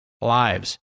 lives